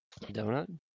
donut